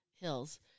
hills